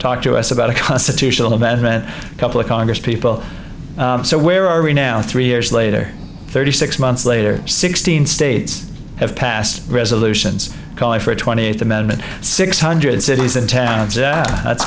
talk to us about a constitutional amendment a couple of congress people so where are we now three years later thirty six months later sixteen states have passed resolutions calling for a twenty eighth amendment six hundred cities and